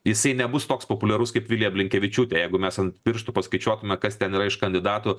jisai nebus toks populiarus kaip vilija blinkevičiūtė jeigu mes ant pirštų paskaičiuotume kas ten yra iš kandidatų